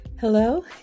Hello